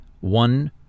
one